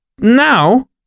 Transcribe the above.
Now